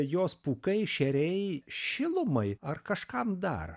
jos pūkai šeriai šilumai ar kažkam dar